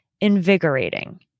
invigorating